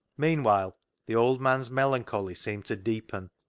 meanwhile the old man's melancholy seemed to deepen.